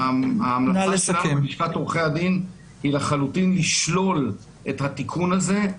ההמלצה שלנו בלשכת עורכי הדין היא לחלוטין לשלול את התיקון הזה,